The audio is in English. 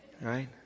right